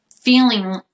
feeling